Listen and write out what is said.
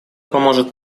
поможет